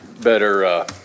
better